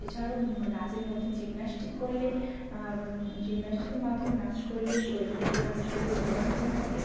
এছাড়াও নাচের মধ্যে জিমনাস্টিক করলে জিমনাস্টিকের মাধ্যমে নাচ করলে শরীরের ব্যায়াম শরীরের ব্যায়াম হয়ে থাকে